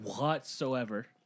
whatsoever